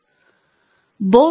ನೀವು ಹೊಂದಿರಬಹುದು